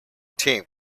team